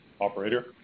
Operator